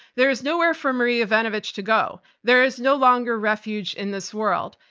there is nowhere for marie yovanovitch to go. there is no longer refuge in this world.